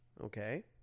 Okay